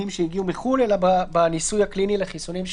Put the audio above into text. שהגיעו מחו"ל אלא בניסוי הקליני לחיסונים,